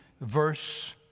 verse